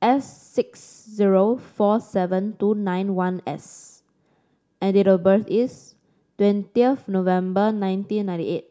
S six zero four seven two nine one S and date of birth is twenty of November nineteen ninety eight